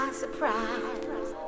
surprise